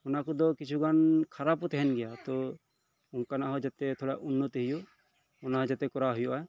ᱚᱱᱟ ᱠᱚᱫᱚ ᱠᱤᱪᱷᱩ ᱜᱟᱱ ᱠᱷᱟᱨᱟᱯ ᱦᱚᱸ ᱛᱟᱦᱮᱱ ᱜᱮᱭᱟ ᱚᱱᱠᱟᱱᱟᱜ ᱦᱚᱸ ᱡᱟᱛᱮ ᱩᱱᱱᱚᱛᱤ ᱦᱳᱭᱳᱜ ᱚᱱᱟ ᱡᱟᱛᱮ ᱠᱚᱨᱟᱣ ᱦᱳᱭᱳᱜᱼᱟ